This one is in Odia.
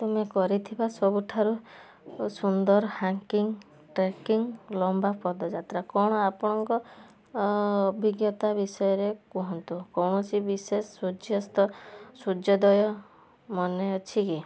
ତମେ କରିଥିବା ସବୁଠାରୁ ସୁନ୍ଦର ହ୍ୟାଙ୍କିଙ୍ଗ୍ ଟ୍ରାକିଙ୍ଗ୍ ଲମ୍ବା ପଦଯାତ୍ରା କଣ ଆପଣଙ୍କ ଅଭିଜ୍ଞତା ବିଷୟରେ କୁହନ୍ତୁ କୌଣସି ବିଶେଷ ସୂର୍ଯ୍ୟାସ୍ତ ସୂର୍ଯ୍ୟୋଦୟ ମନେଅଛି କି